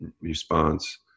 response